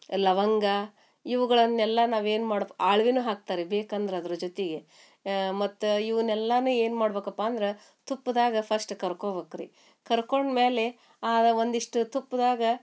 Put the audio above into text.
ಲವಂಗ ಇವುಗಳನ್ನೆಲ್ಲ ನಾವು ಏನು ಮಾಡಿ ಆಳ್ವಿನೂ ಹಾಕ್ತಾರೆ ಬೇಕಂದ್ರೆ ಅದ್ರ ಜೊತೆಗೆ ಮತ್ತು ಇವ್ನೆಲ್ಲನೂ ಏನು ಮಾಡ್ಬೇಕಪ್ಪ ಅಂದ್ರೆ ತುಪ್ಪದಾಗೆ ಫಸ್ಟ್ ಕರ್ಕೋಬೇಕ್ ರೀ ಕರ್ಕೊಂಡ ಮೇಲೆ ಒಂದಿಷ್ಟು ತುಪ್ದಾಗೆ